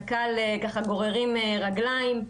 קק"ל גוררים רגליים,